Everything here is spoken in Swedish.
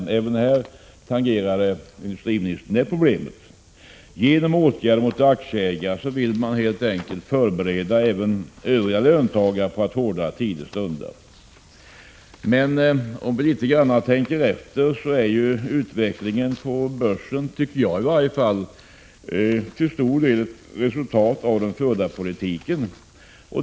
Industriministern tangerade även det här problemet. Genom åtgärder mot aktieägare vill man helt enkelt förbereda även övriga löntagare på att hårda tider stundar. Men om vi litet tänker efter är ju utvecklingen på börsen, tycker jag i alla fall, till stor del resultat av den förda politiken.